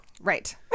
Right